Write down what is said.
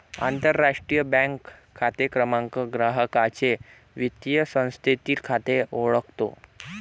आंतरराष्ट्रीय बँक खाते क्रमांक ग्राहकाचे वित्तीय संस्थेतील खाते ओळखतो